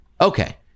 Okay